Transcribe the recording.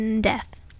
Death